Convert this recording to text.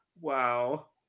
Wow